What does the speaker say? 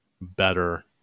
better